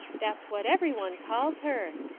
that's what every one calls her.